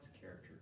character